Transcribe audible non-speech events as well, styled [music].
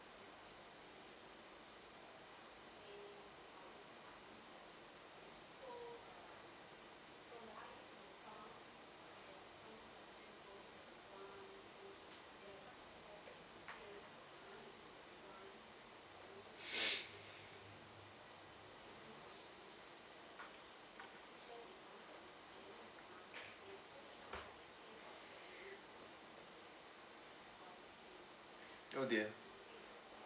[noise] oh dear